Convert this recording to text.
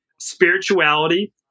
spirituality